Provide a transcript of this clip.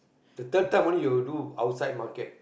the third time only you do outside market